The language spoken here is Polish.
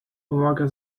pomaga